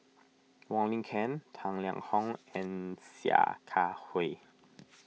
Wong Lin Ken Tang Liang Hong and Sia Kah Hui